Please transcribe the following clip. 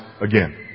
again